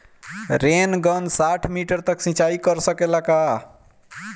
Rain gun साठ metre तक सिचाई कर सकेला का?